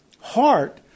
heart